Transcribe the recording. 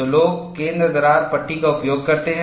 तो लोग केंद्र दरार पट्टी का उपयोग करते हैं